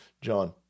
John